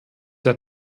der